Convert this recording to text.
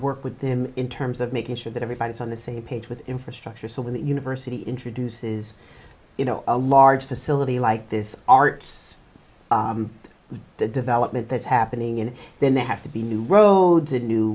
work with them in terms of making sure that everybody is on the same page with infrastructure so when the university introduces you know a large facility like this are it's the development that's happening and then they have to be new roads and new